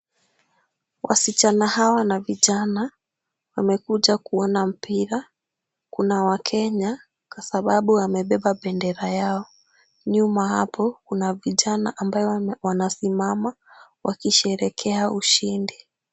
Wasichana hawa na vijana wamekuja kuona mpira. Kuna wakenya kwasababu wamebeba bendera yao. Nyuma hapo kuna vijana ambayo wanasimama wakisherehekea ushindi.